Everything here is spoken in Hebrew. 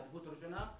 בעדיפות הראשונה,